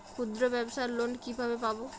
ক্ষুদ্রব্যাবসার লোন কিভাবে পাব?